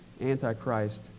Antichrist